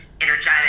energetic